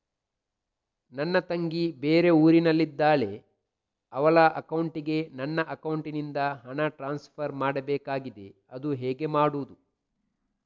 ನನ್ನ ತಂಗಿ ಬೇರೆ ಊರಿನಲ್ಲಿದಾಳೆ, ಅವಳ ಅಕೌಂಟಿಗೆ ನನ್ನ ಅಕೌಂಟಿನಿಂದ ಹಣ ಟ್ರಾನ್ಸ್ಫರ್ ಮಾಡ್ಬೇಕಾಗಿದೆ, ಅದು ಹೇಗೆ ಮಾಡುವುದು?